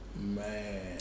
Man